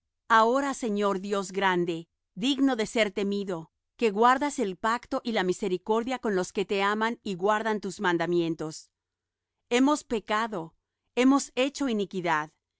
ahora señor dios grande digno de ser temido que guardas el pacto y la misericordia con los que te aman y guardan tus mandamientos hemos pecado hemos hecho iniquidad